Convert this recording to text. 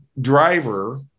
driver